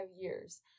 years